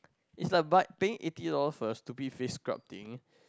is like buy paying eighty dollar for your stupid face scrub thing